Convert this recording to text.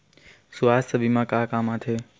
सुवास्थ बीमा का काम आ थे?